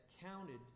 counted